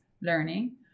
learning